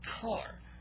car